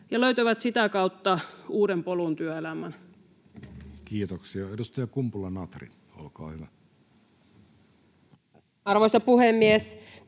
ja löytävät sitä kautta uuden polun työelämään? Kiitoksia. — Edustaja Kumpula-Natri, olkaa hyvä. Arvoisa puhemies!